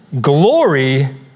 Glory